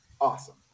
awesome